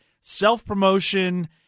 self-promotion